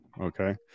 Okay